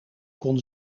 kon